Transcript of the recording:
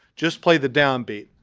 just play the downbeat.